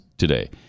today